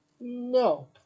No